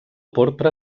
porpra